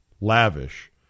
lavish